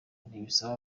ntibisaba